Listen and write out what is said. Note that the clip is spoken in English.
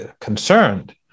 concerned